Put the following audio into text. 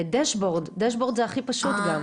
דשבורד, דשבורד זה הכי פשוט גם.